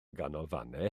ganolfannau